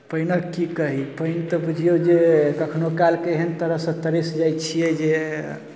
पानिक की कही पानि तऽ बुझियौ जे कखनहु कालके एहन तरहसँ तरसि जाइ छियै जे